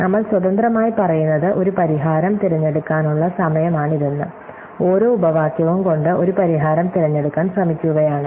നമ്മൾ സ്വതന്ത്രമായി പറയുന്നത് ഒരു പരിഹാരം തിരഞ്ഞെടുക്കാനുള്ള സമയമാണിതെന്ന് ഓരോ ഉപവാക്യവും കൊണ്ട് ഒരു പരിഹാരം തിരഞ്ഞെടുക്കാൻ ശ്രമിക്കുകയാണ്